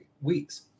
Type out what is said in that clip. weeks